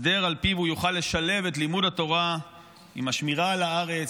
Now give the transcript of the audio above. הסדר שעל פיו הוא יוכל לשלב את לימוד התורה עם השמירה על הארץ,